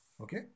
Okay